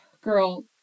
girl